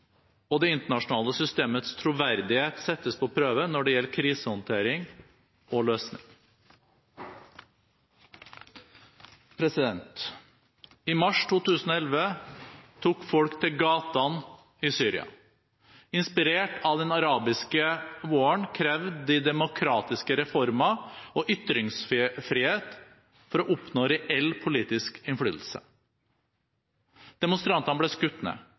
og det internasjonale systemets troverdighet settes på prøve når det gjelder krisehåndtering og -løsning. I mars 2011 tok folk til gatene i Syria. Inspirert av den arabiske våren krevde de demokratiske reformer og ytringsfrihet for å oppnå reell politisk innflytelse. Demonstrantene ble